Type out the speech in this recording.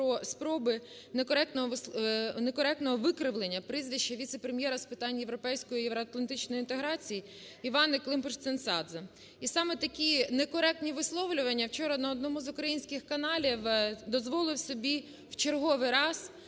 про спроби некоректного викривлення прізвища віце-прем'єра з питань Європейської Євроатлантичної інтеграції Івани Климпуш-Цинцадзе. І саме такі некоректні висловлювання вчора на одному з українських каналів дозволив собі в черговий раз